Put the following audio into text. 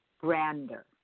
grander